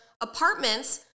apartments